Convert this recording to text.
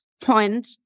point